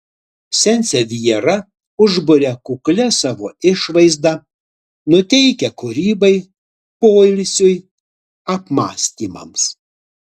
sansevjera užburia kuklia savo išvaizda nuteikia kūrybai poilsiui apmąstymams